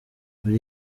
muri